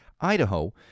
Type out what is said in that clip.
Idaho